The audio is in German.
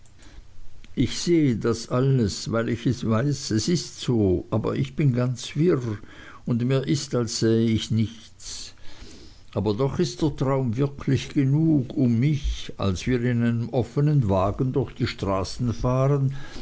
ich sehe das alles weil ich weiß es ist so aber ich bin ganz wirr und mir ist als sähe ich nichts aber doch ist der traum wirklich genug um mich als wir in einem offnen wagen durch die straßen fahren